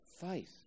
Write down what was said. faith